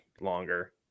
longer